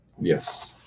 Yes